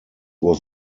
was